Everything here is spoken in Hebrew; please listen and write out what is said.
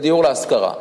בדיור להשכרה.